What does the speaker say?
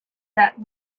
that